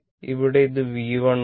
ഇവിടെ ഇത് V 1 ആണ്